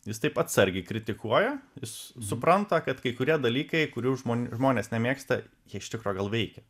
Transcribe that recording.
jis taip atsargiai kritikuoja jis supranta kad kai kurie dalykai kurių žmon žmonės nemėgsta jie iš tikro gal veikė